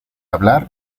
hablar